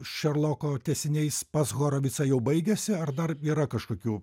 šerloko tęsiniais pas horovicą jau baigėsi ar dar yra kažkokių